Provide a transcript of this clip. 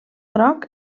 groc